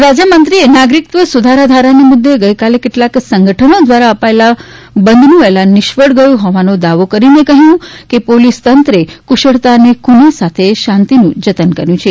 ગૃહરાજ્યમંત્રીએ નાગરિકત્વ સુધારા ધારાના મુદ્દે ગઈકાલે કેટલાંક સંગઠનો દ્વાર્ અપાયેલું બંધનું એલાન નિષ્ફળ ગયું હોવાનો દાવો કરીને કહ્યું કે પોલીસ તંત્રે કુશળતા અને કુનેહ સાથે શાંતિનું જતન કર્યું છે